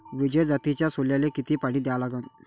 विजय जातीच्या सोल्याले किती पानी द्या लागन?